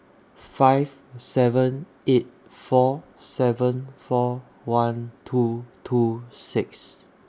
five seven eight four seven four one two two six